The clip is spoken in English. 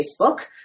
Facebook